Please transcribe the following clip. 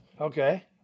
Okay